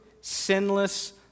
sinless